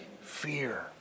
fear